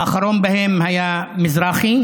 האחרון שבהם היה מזרחי,